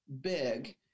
big